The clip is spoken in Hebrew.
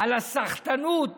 על הסחטנות